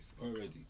Already